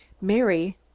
Mary